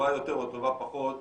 טובה יותר או טובה פחות,